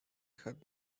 had